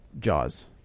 Jaws